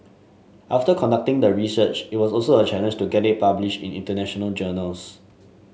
after conducting the research it was also a challenge to get it published in international journals